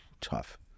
tough